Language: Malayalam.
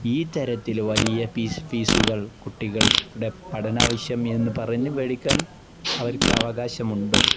ഈ തരത്തിൽ വലിയ ഫീസ് ഫീസുകൾ കുട്ടികളുടെ പഠനാവശ്യം എന്നു പറഞ്ഞു വേടിക്കാൻ അവർക്ക് അവകാശമുണ്ടോ